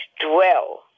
dwell